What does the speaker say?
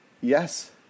Yes